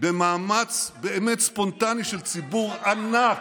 במאמץ באמת ספונטני של ציבור ענק,